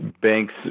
banks